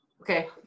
Okay